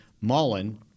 Mullen